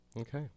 Okay